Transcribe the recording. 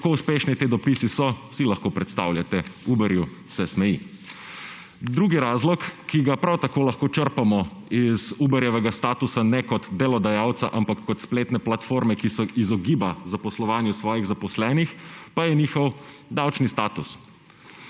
Kako uspešni ti dopisi so, si lahko predstavljate, Uberju se smeji. Drugi razlog, ki ga prav tako lahko črpamo iz Uberjevega statusa, ne kot delodajalca, ampak kot spletne platforme, ki se izogiba zaposlovanju svojih zaposlenih, pa je njihov davčni status.